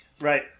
Right